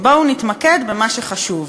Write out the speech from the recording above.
בואו נתמקד במה שחשוב.